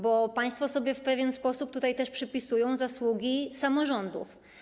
Bo państwo sobie w pewien sposób tutaj też przypisują zasługi samorządów.